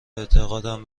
اعتقادم